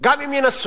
גם אם ינסו.